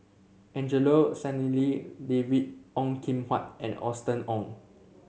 Angelo Sanelli David Ong Kim Huat and Austen Ong